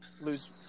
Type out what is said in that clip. lose